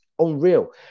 unreal